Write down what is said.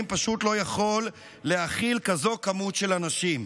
פשוט לא יכול להכיל כמות כזאת של אנשים.